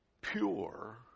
pure